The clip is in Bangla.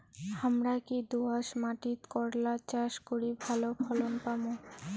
হামরা কি দোয়াস মাতিট করলা চাষ করি ভালো ফলন পামু?